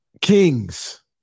Kings